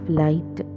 light